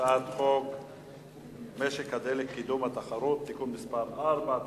הצעת חוק משק הדלק (קידום התחרות) (תיקון מס' 4),